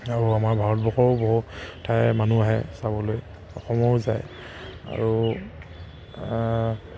আৰু আমাৰ ভাৰতবৰ্ষৰো বহু ঠাইৰ মানুহ আহে চাবলৈ অসমৰো যায় আৰু